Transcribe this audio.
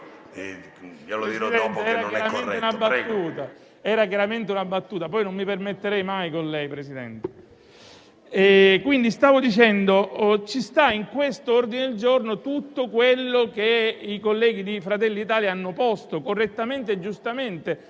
ma le dirò dopo che non è corretto.